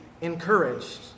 encouraged